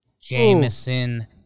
Jameson